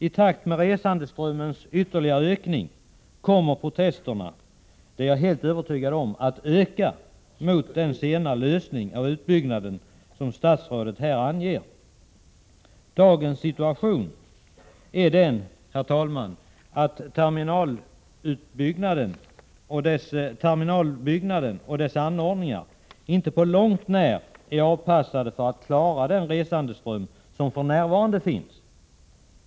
I takt med en ytterligare ökning av resandeströmmen kommer protesterna att växa mot den sena lösning av utbyggnaden som statsrådet har angett — det är jag helt övertygad om. I dagsläget, herr talman, är terminalbyggnaden och dess anordningar inte på långt när avpassade för att klara nuvarande resandeström.